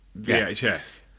VHS